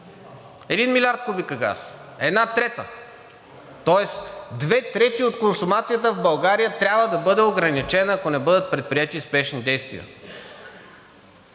1 милиард кубика газ – една трета. Тоест две трети от консумацията в България трябва да бъде ограничена, ако не бъдат предприети спешни действия.